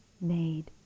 made